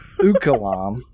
Ukalam